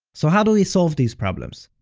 so how do we solve these problems?